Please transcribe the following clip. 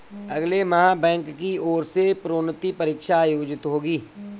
अगले माह बैंक की ओर से प्रोन्नति परीक्षा आयोजित होगी